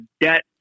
debt